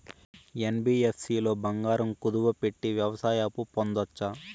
NBFC లో బంగారం కుదువు పెట్టి వ్యవసాయ అప్పు పొందొచ్చా?